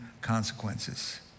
consequences